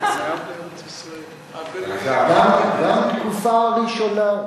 גם בתקופה הראשונה,